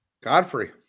Godfrey